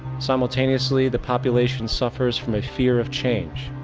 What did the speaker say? simultaneously, the population suffers from a fear of change.